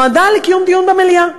נועדה לקיום דיון במליאה.